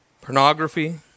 Pornography